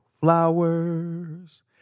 Flowers